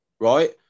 right